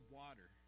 water